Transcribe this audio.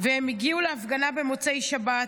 הם הגיעו להפגנה במוצאי שבת,